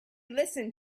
listened